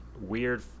weird